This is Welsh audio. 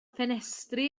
ffenestri